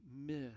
miss